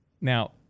Now